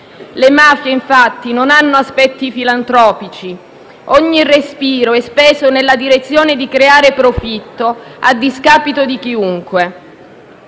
Le mafie, infatti, non hanno aspetti filantropici. Ogni respiro è speso nella direzione di creare profitto, a discapito di chiunque.